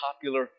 popular